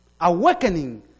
Awakening